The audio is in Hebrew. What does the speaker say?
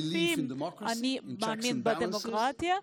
אני מאמין בדמוקרטיה,